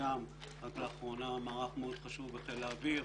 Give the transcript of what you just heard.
הים רק לאחרונה מערך מאוד חשוב בחיל האוויר,